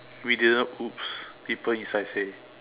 we didn't !oops! people inside say